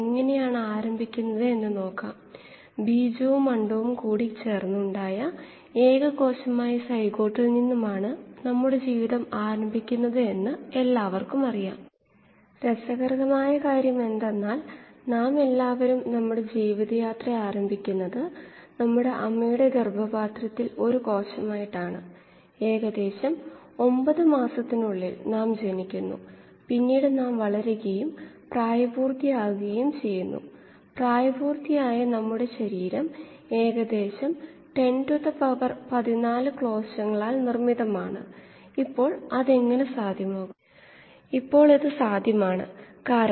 മുമ്പത്തെ പ്രഭാഷണത്തിൽ നമ്മൾ ബാച്ച് മോഡ് കണ്ടു ഈ പ്രഭാഷണത്തിൽ നമ്മൾ തുടർച്ചയായ മോഡ് കാണും നേരത്തെ സൂചിപ്പിച്ചതുപോലെ തുടർച്ചയായ ഇളക്കിയ ടാങ്ക് ബയോ റിയാക്ടറിനെ കീമോസ്റ്റാറ്റ് എന്നു വിളിക്കുന്നു തുടർച്ചയായ ഇളക്കിയ ടാങ്ക് ബയോ റിയാക്ടറിനായി ഉപയോഗിക്കുന്ന വളരെ സാധാരണമായ പദം